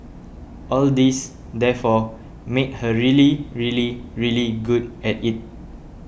all this therefore made her really really really good at it